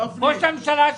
ראש הממשלה שלך.